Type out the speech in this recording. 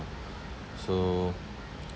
so